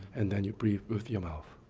and then you breathe with your mouth.